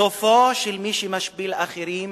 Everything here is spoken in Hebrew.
סופו של מי שמשפיל אחרים